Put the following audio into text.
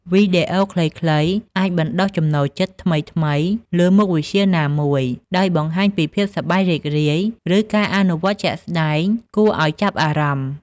វីដេអូខ្លីៗអាច បណ្ដុះចំណូលចិត្ត ថ្មីៗលើមុខវិជ្ជាណាមួយ ដោយបង្ហាញពីភាពសប្បាយរីករាយ ឬការអនុវត្តជាក់ស្ដែងគួរឲ្យចាប់អារម្មណ៍។